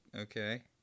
okay